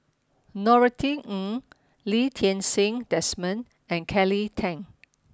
Norothy Ng Lee Ti Seng Desmond and Kelly Tang